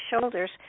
shoulders